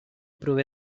prové